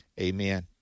amen